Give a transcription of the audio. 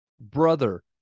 Brother